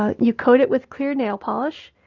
ah you coat it with clear nail polish,